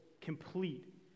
complete